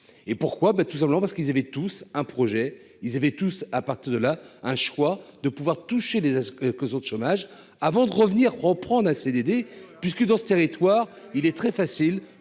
et pourquoi ben tout simplement parce qu'ils avaient tous un projet, ils avaient tous à partir de là, un choix de pouvoir toucher les que sur le chômage, avant de revenir, reprendre un CDD puisque dans ce territoire, il est très facile